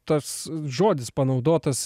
tas žodis panaudotas